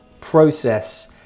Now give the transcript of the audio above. process